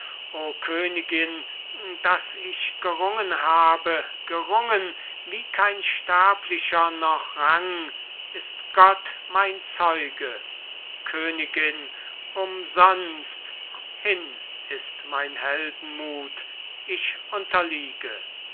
königin daß ich gerungen habe gerungen wie kein sterblicher noch rang ist gott mein zeuge königin umsonst hin ist mein heldenmut ich unterliege